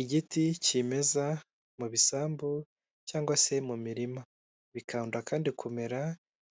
Igiti kimeza mu bisambu cyangwa se mu mirima, bikunda kandi kumera